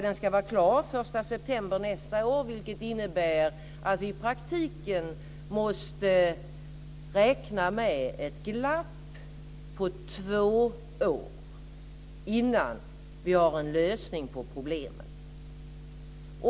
Den ska vara klar den 1 september nästa år, vilket innebär att vi i praktiken måste räkna med ett glapp på två år innan vi har en lösning på problemen.